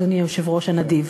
אדוני היושב-ראש הנדיב.